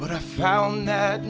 but i found that